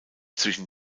zwischen